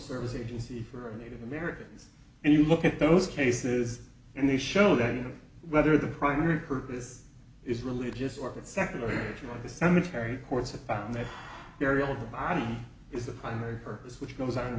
service agency for native americans and you look at those cases and they show that you know whether the primary purpose is religious or secular in the cemetery courts have found that burial body is the primary purpose which goes